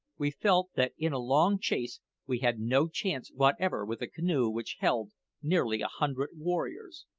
we felt that in a long chase we had no chance whatever with a canoe which held nearly a hundred warriors.